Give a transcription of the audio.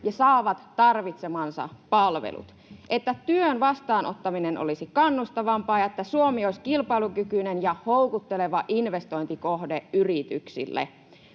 ja saavat tarvitsemansa palvelut, että työn vastaanottaminen olisi kannustavampaa ja että Suomi olisi kilpailukykyinen ja houkutteleva investointikohde yrityksille.